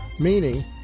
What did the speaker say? meaning